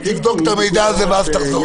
אז תבדוק את המידע הזה ואז תחזור